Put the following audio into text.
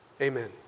Amen